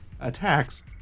attacks